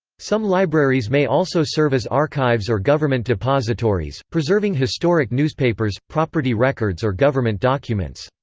some libraries may also serve as archives or government depositories, preserving historic newspapers, property records or government documents.